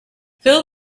fill